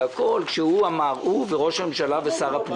כשהוא וראש הממשלה ושר הפנים אמרו